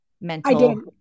mental-